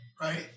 right